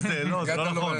זה לא נכון.